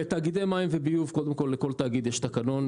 בתאגידי מים וביוב קודם כל לכל תאגיד יש תקנון.